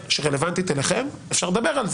שרלוונטית אליכם - אפשר לדבר על זה.